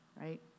right